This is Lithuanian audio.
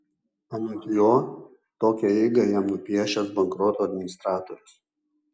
anot jo tokią eigą jam nupiešęs bankroto administratorius